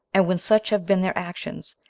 and when such have been their actions,